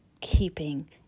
keeping